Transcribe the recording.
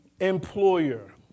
employer